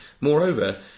Moreover